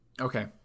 Okay